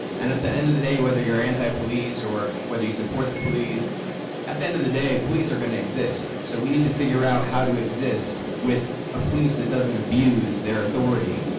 and at the end of the day whether you're anti-police or whether you support the police at the end of the day, police are going to exist, so we need to figure out how to exist with a police that doesn't abuse their authority,